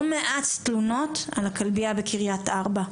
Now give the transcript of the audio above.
מעט תלונות על הכלבייה בקריית ארבע.